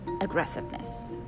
aggressiveness